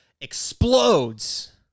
explodes